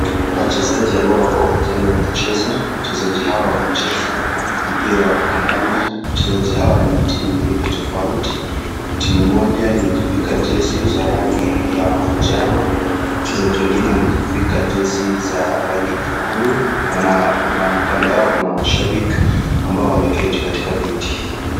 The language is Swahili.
Wachezaji ambao wako uwanjani wanacheza, wachezaji hawa wanacheza mpira wa kandanda, wachezaji hawa ni wa timu mbili tofauti. Timu moja imejivika chezi za rangi ya manjano, wachezaji wengine wamejivika chezi za rangi nyekundu. Wana, Kuna kando yao kuna mashabik ambao wameketi katika viti.